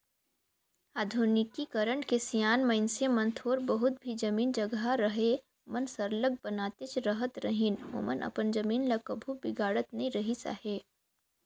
आधुनिकीकरन के सियान मइनसे मन थोर बहुत भी जमीन जगहा रअहे ओमन सरलग बनातेच रहत रहिन ओमन अपन जमीन ल कभू बिगाड़त नी रिहिस अहे